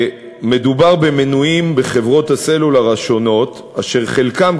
מדובר במנויים בחברות הסלולר השונות אשר חלקם,